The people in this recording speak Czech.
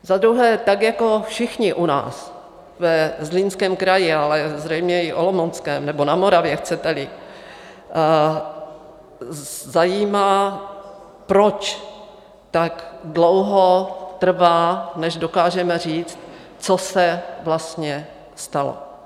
Za druhé tak jako všichni u nás ve Zlínském kraji, ale zřejmě i v Olomouckém, nebo na Moravě, chceteli, zajímá, proč tak dlouho trvá, než dokážeme říct, co se vlastně stalo.